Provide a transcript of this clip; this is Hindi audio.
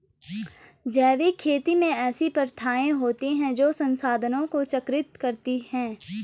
जैविक खेती में ऐसी प्रथाएँ होती हैं जो संसाधनों को चक्रित करती हैं